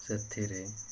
ସେଥିରେ